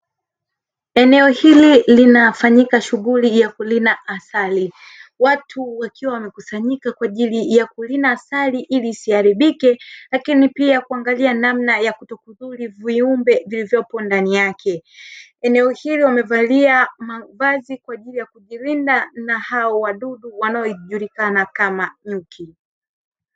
Eneo hili linafanyika shughuli ya kulina asali watu wakiwa wamekusanyika kwa ajili ya kulina asali ili isiharibike lakini pia kuangalia namna yakuto kudhuru viumbe vilivyopo ndani yake, eneo hili wamevalia mavazi kwa ajili ya kujilinda na hao wadudu wanaojulikana kama nyuki.